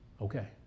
Okay